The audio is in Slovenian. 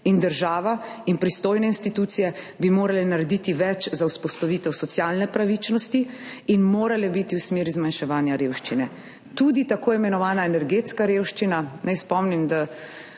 država in pristojne institucije bi morale narediti več za vzpostavitev socialne pravičnosti in bi morale iti v smeri zmanjševanja revščine. Tudi tako imenovana energetska revščina. Naj spomnim, da